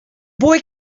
boy